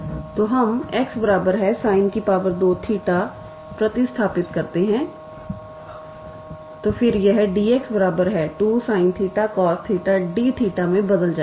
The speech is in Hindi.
तो हम 𝑥 𝑠𝑖𝑛2𝜃 प्रतिस्थापित करते है तो फिर यह 𝑑𝑥 2 sin 𝜃 cos 𝜃 𝑑𝜃 मे बदल जाएगा